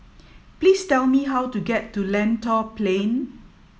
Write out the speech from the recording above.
please tell me how to get to Lentor Plain